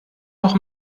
noch